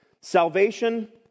Salvation